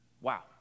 Wow